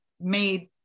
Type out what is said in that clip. made